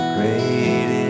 Great